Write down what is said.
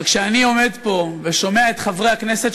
אבל כשאני עומד פה ושומע את חברי הכנסת,